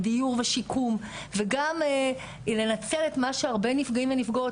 בדיור ושיקום וגם לנצל את מה שהרבה נפגעים ונפגעות,